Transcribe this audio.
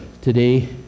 today